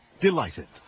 delighted